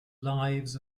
lives